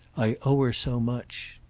i owe her so much.